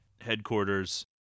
headquarters